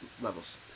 levels